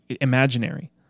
imaginary